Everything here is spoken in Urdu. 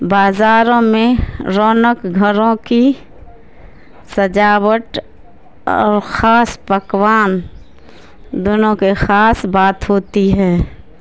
بازاروں میں رونق گھروں کی سجاوٹ اور خاص پکوان دونوں کے خاص بات ہوتی ہے